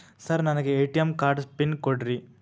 Sir ನನಗೆ ATM card PIN ಕೊಡ್ರಿ?